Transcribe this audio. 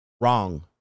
Wrong